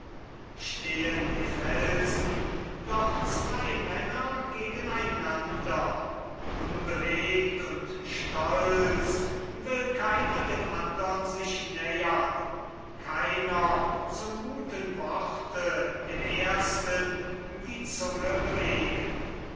stehen wie felsen doch zwei männer gegeneinander unbewegt und stolz will keiner dem andern sich nähern keiner zum guten worte dem ersten die zunge bewegen